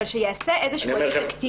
אבל שייעשה איזשהו הליך אקטיבי.